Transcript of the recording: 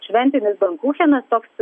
šventinis bankuchenas toks